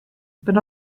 but